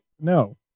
No